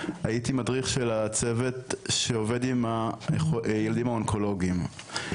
הייתי מדריך של הצוות שעובד עם הילדים האונקולוגיים.